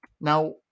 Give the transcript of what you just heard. Now